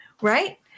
right